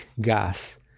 gas